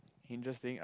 interesting uh